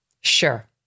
Sure